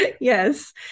Yes